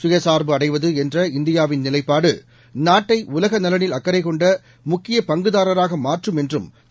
சுயசுர்பு அடைவது என்ற இந்தியாவின் நிலைப்பாடு நாட்டை உலக நலனில் அக்கறை கொண்ட முக்கியப் பங்குதாரராக மாற்றும் என்றும் திரு